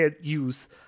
use